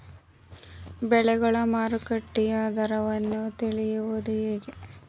ಬೆಳೆಗಳ ಮಾರುಕಟ್ಟೆಯ ದರವನ್ನು ತಿಳಿಯುವುದು ಹೇಗೆ?